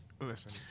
Listen